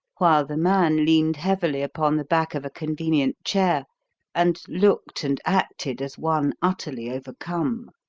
while the man leaned heavily upon the back of a convenient chair and looked and acted as one utterly overcome.